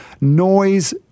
Noise